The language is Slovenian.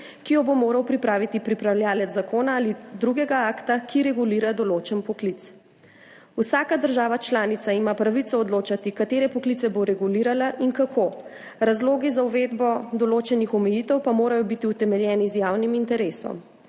ki jo bo moral pripraviti pripravljavec zakona ali drugega akta, ki regulira določen poklic. Vsaka država članica ima pravico odločati, katere poklice bo regulirala in kako. Razlogi za uvedbo določenih omejitev pa morajo biti utemeljeni z javnim interesom.